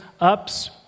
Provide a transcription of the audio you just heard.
ups